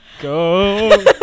go